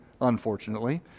unfortunately